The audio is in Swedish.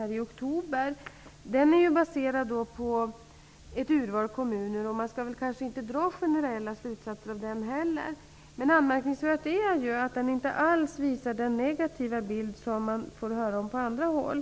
Rapporten är baserad på ett urval kommuner, och man skall väl inte dra några generella slutsatser av den heller. Anmärkningsvärt är ändå att rapporten inte alls visar den negativa bild som målas upp på andra håll.